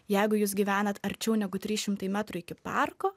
jeigu jūs gyvenat arčiau negu trys šimtai metrų iki parko